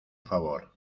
favor